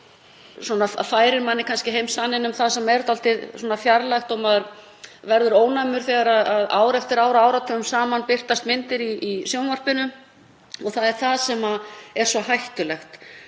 og færir manni heim sanninn um það sem er dálítið fjarlægt. Maður verður ónæmur þegar ár eftir ár og áratugum saman birtast myndir í sjónvarpinu og það er það sem er svo hættulegt,